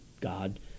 God